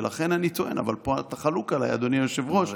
ולכן אני טוען, אבל פה חלוק עליי אדוני היושב-ראש,